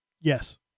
Yes